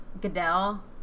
Goodell